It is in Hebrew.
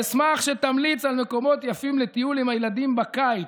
אשמח שתמליץ על מקומות יפים לטיול עם הילדים בקיץ,